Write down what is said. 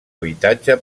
habitatge